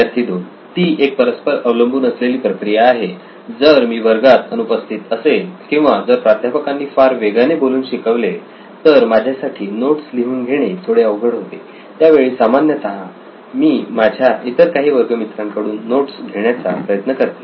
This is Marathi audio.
विद्यार्थी 2 ती एक परस्पर अवलंबून असलेली प्रक्रिया आहे जर मी वर्गात अनुपस्थित असेल किंवा जर प्राध्यापकांनी फार वेगाने बोलून शिकवले तर माझ्यासाठी नोट्स लिहून घेणे थोडे अवघड होते त्यावेळी सामान्यतः मी माझ्या इतर काही वर्ग मित्रांकडून नोट्स घेण्याचा प्रयत्न करते